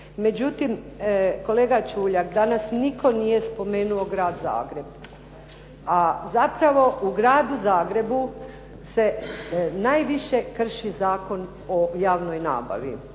Međutim, kolega Čuljak, danas nitko nije spomenuo grad Zagreb, a zapravo u gradu Zagrebu se najviše krši Zakon o javnoj nabavi.